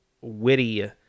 witty